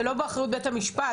זה לא באחריות בית המשפט.